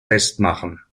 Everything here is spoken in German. festmachen